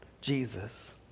Jesus